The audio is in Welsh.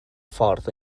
ffordd